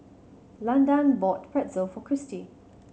Landan bought Pretzel for Christi